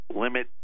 limit